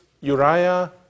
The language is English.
Uriah